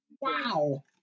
Wow